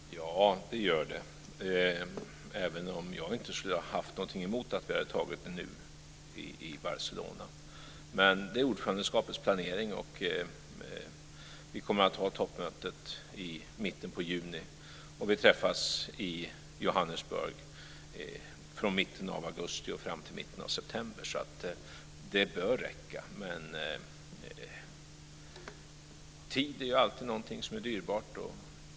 Herr talman! Ja, det gör det, även om jag inte hade haft något emot att vi hade antagit det i Barcelona. Det är ordförandeskapets planering, och vi kommer att ha toppmötet i mitten av juni. Vi träffas i Johannesburg från mitten av augusti till mitten av september. Det bör räcka. Tid är alltid dyrbar.